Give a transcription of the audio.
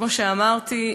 כמו שאמרתי,